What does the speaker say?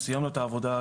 סיימנו את העבודה.